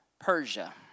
Persia